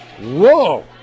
Whoa